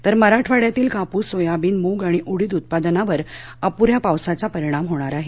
तर मराठवाड्यातील कापूस सोयाबीन मूग आणि उडिद उत्पादनावर अपूऱ्या पावसाचा परिणाम होणार आहे